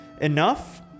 enough